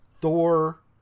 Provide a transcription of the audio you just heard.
Thor